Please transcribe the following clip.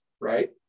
Right